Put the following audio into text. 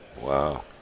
Wow